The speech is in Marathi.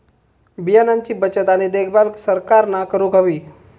बियाणांची बचत आणि देखभाल सरकारना करूक हवी